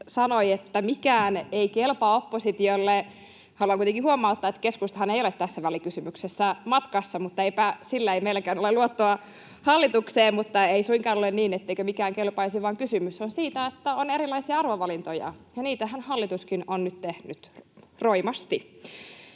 sanoi, että mikään ei kelpaa oppositiolle. Haluan kuitenkin huomauttaa, että keskustahan ei ole tässä välikysymyksessä matkassa. Mutta eipä sillä, ei meilläkään ole luottoa hallitukseen, mutta ei suinkaan ole niin, etteikö mikään kelpaisi, vaan kysymys on siitä, että on erilaisia arvovalintoja, ja niitähän hallituskin on nyt tehnyt roimasti.